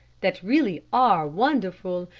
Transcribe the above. that really are wonderful,